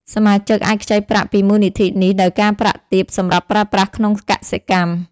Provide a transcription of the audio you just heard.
សមាជិកអាចខ្ចីប្រាក់ពីមូលនិធិនេះដោយការប្រាក់ទាបសម្រាប់ប្រើប្រាស់ក្នុងកសិកម្ម។